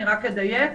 אני אדייק.